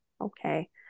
okay